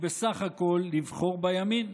ובסך הכול, לבחור בימין,